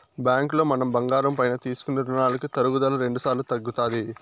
బ్యాంకులో మనం బంగారం పైన తీసుకునే రునాలకి తరుగుదల రెండుసార్లు తగ్గుతాది